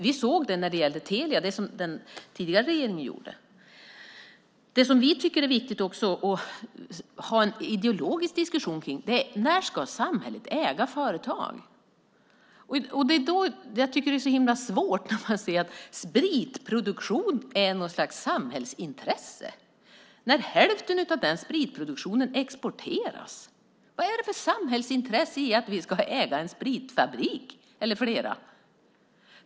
Vi såg det när det gällde Telia. Det genomförde den tidigare regeringen. Det som vi tycker att det är viktigt att ha en ideologisk diskussion om är när samhället ska äga företag. Jag tycker att det är så svårt att se att spritproduktion är något slags samhällsintresse när hälften av denna spritproduktion exporteras. Vad är det för samhällsintresse i att vi ska äga en spritfabrik eller flera?